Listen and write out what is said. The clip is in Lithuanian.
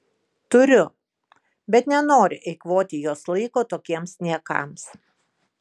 turiu bet nenoriu eikvoti jos laiko tokiems niekams